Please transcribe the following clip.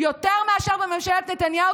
יותר מאשר בממשלת נתניהו,